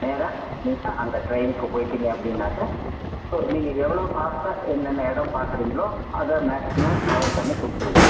நேராக நீங்கள் அங்கே ட்ரைனுக்கு போயிட்டிங்க அப்படினாக்க ஸோ நீங்கள் எவ்வளோ ஃபாஸ்டாக என்னென்ன இடம் பார்க்குறீங்களோ அதை மேக்சிமம் கவர் பண்ணி கொடுத்திடுவோம்